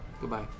Goodbye